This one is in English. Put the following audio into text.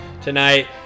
tonight